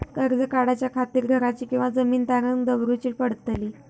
कर्ज काढच्या खातीर घराची किंवा जमीन तारण दवरूची पडतली?